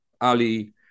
Ali